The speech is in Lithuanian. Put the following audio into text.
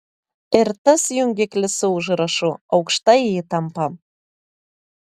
ir tas jungiklis su užrašu aukšta įtampa